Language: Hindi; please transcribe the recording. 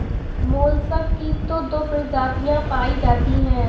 मोलसक की तो दो प्रजातियां पाई जाती है